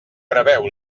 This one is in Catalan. preveu